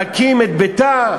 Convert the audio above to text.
להקים את ביתה.